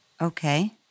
Okay